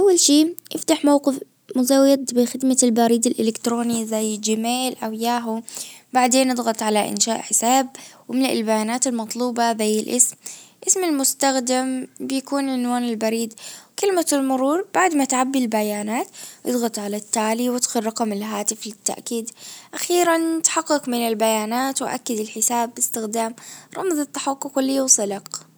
اول شي بتفتح موقف مزود بخدمة البريد الالكتروني زي جيميل او ياهو بعدين اضغط على انشاء حساب واملأ البيانات المطلوبة زي اسم المستخدم بيكون عنوان البريد كلمة المرور بعد ما تعبي البيانات اضغط على التالي وادخل رقم الهاتف للتأكيد اخيرا تحقق من البيانات واكد الحساب باستخدام رمز التحقق اللي يوصلك.